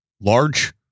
Large